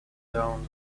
down